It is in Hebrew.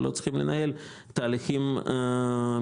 הם לא צריכים לנהל תהליכים מקצועיים.